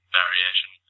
variation